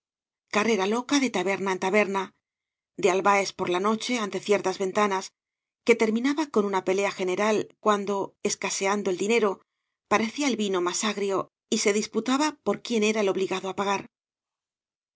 carrera loca de taberna en taberna de álhaes por la noche ante ciertas ventanas que terminaba con una pelea general cuando escaseando el dinero parecía el vino más agrio y se disputaba por quién era el obligado á pagar